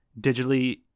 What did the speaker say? digitally